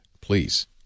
please